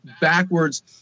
backwards